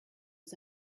was